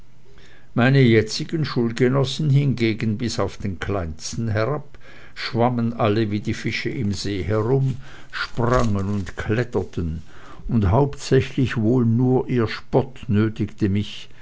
meine jetzigen schulgenossen hingegen bis auf den kleinsten herab schwammen alle wie die fische im see herum sprangen und kletterten und hauptsächlich wohl nur ihr spott nötigte mich